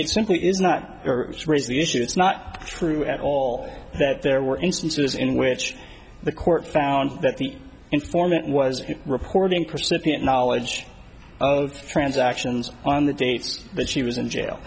it simply is not raise the issue it's not true at all that there were instances in which the court found that the informant was reporting percipient knowledge of transactions on the dates but she was in jail